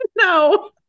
No